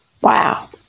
Wow